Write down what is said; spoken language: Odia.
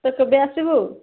ତ କେବେ ଆସିବୁ